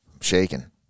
shaking